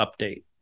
update